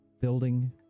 building